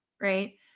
right